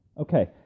Okay